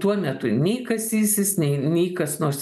tuo metu nei kasysis nei nei kas nors